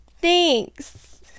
thanks